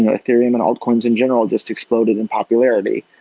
ethereum and old coins in general just exploded in popularity.